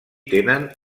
tenen